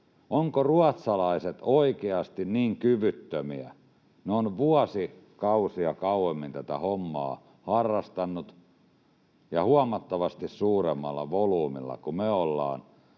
Ovatko ruotsalaiset oikeasti niin kyvyttömiä? Ne ovat vuosikausia kauemmin tätä hommaa harrastaneet ja huomattavasti suuremmalla volyymilla kuin me ollaan,